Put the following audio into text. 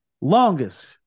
longest